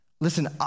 Listen